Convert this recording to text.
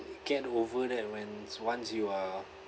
get over that when once you are